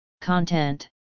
Content